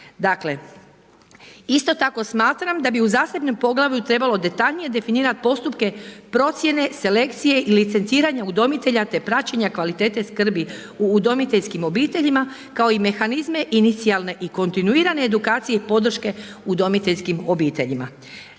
Dakle, isto tako smatram da bi u zasebnom poglavlju trebalo detaljnije definirati postupke procjene selekcije i licenciranja udomitelja te praćenja kvalitete skrbi u udomiteljskim obiteljima kao i mehanizme inicijalne i kontinuirane edukacije i podrške udomiteljskim obiteljima.